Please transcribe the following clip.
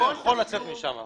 הוא לא יכול לצאת משם.